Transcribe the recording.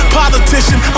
politician